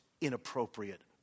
inappropriate